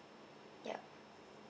ya